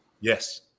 Yes